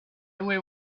away